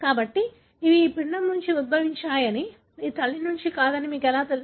కాబట్టి ఇవి ఈ పిండం నుండి ఉద్భవించాయని ఈ తల్లి నుండి కాదని మీకు ఎలా తెలుసు